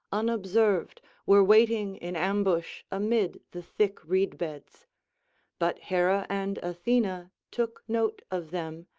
unobserved, were waiting in ambush amid the thick reed-beds but hera and athena took note of them,